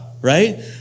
Right